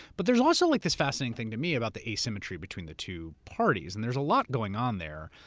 but there's also like this fascinating thing to me about the asymmetry between the two parties. and there's a lot going on there.